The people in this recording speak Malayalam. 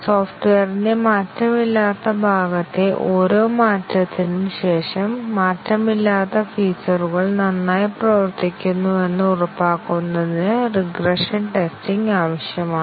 സോഫ്റ്റ്വെയറിന്റെ മാറ്റമില്ലാത്ത ഭാഗത്തെ ഓരോ മാറ്റത്തിനും ശേഷം മാറ്റമില്ലാത്ത ഫീച്ചറുകൾ നന്നായി പ്രവർത്തിക്കുന്നുവെന്ന് ഉറപ്പാക്കുന്നതിന് റിഗ്രഷൻ ടെസ്റ്റിംഗ് ആവശ്യമാണ്